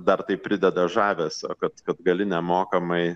dar tai prideda žavesio kad kad gali nemokamai